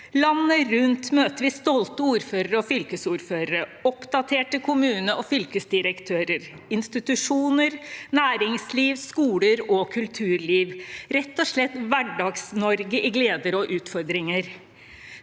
Landet rundt møter vi stolte ordførere og fylkesordførere, oppdaterte kommune- og fylkesdirektører, institusjoner, næringsliv, skoler og kulturliv, rett og slett Hverdags-Norge i gleder og utfordringer.